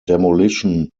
demolition